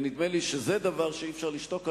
ונדמה לי שזה דבר שאי-אפשר לשתוק עליו,